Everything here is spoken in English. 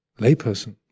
layperson